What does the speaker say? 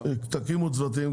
תקימו צוותים,